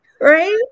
Right